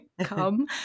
come